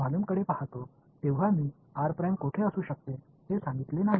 எனவே இந்த கொள்ளளவை இங்கே பார்க்கும்போது r எங்கே என்று சொல்லவில்லை